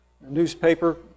newspaper